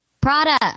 Prada